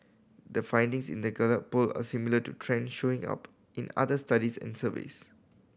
the findings in the Gallup Poll are similar to trend showing up in other studies and surveys